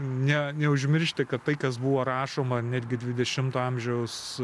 ne neužmiršti kad tai kas buvo rašoma netgi dvidešimto amžiaus